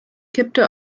kippte